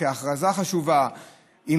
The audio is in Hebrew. כהכרזה חשובה,